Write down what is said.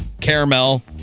caramel